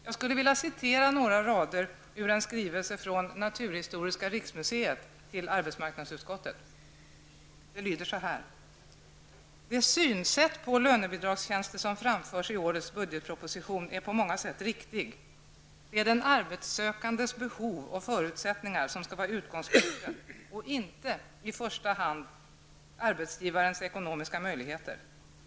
Jag skulle vilja här citera några rader ur en skrivelse från Naturhistoriska riksmuseet till arbetsmarknadsutskottet. De lyder så här: ''Det synsätt på lönebidragstjänster som framförs i årets budgetproposition är på många sätt riktigt. Det är den arbetssökandes behov och förutsättningar som skall vara utgångspunkten och inte i första hand arbetsgivarens ekonomiska möjligheter.